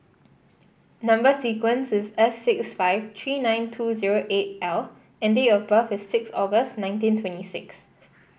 number sequence is S six five three nine two zero eight L and date of birth is six August nineteen twenty six